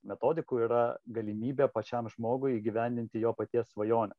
metodikų yra galimybė pačiam žmogui įgyvendinti jo paties svajonę